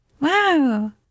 Wow